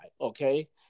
Okay